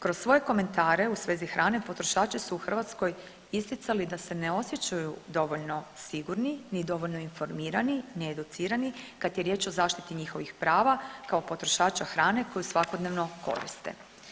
Kroz svoje komentare u svezi hrane potrošači su u Hrvatskoj isticali da se ne osjećaju dovoljno sigurni, ni dovoljno informirani, ni educirani kad je riječ o zaštiti njihovih prava kao potrošača hrane koju svakodnevno koriste.